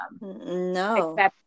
no